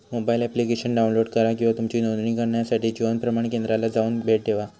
mobile application download करा किंवा तुमची नोंदणी करण्यासाठी जीवन प्रमाण केंद्राला जाऊन भेट देवा